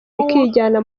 rikijyana